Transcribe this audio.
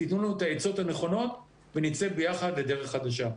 תנו לנו את העצות הנכונות ונצא ביחד לדרך חדשה.